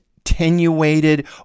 attenuated